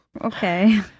Okay